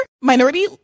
Minority